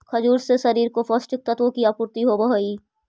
खजूर से शरीर को पौष्टिक तत्वों की आपूर्ति होवअ हई